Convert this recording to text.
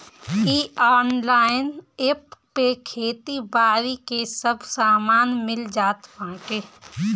इ online app पे खेती बारी के सब सामान मिल जात बाटे